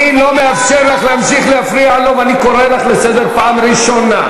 אני לא מאפשר לך להמשיך להפריע לו ואני קורא לך לסדר פעם ראשונה,